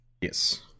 Yes